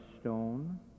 stone